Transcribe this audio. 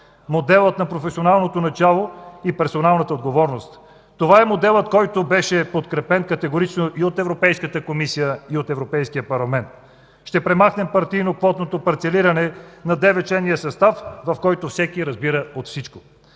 модела на професионалното начало и персоналната отговорност. Това е моделът, който беше подкрепен категорично и от Европейската комисия, и от Европейския парламент. Ще премахнем партийно-квотното парцелиране на деветчленния състав, в който всеки разбира от всичко.